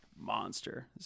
monster